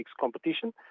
competition